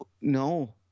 No